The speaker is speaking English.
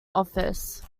office